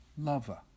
lover